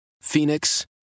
Phoenix